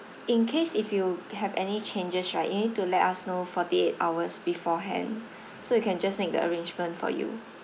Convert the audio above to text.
in case if you have any changes right you need to let us know forty eight hours beforehand so we can just make the arrangement for you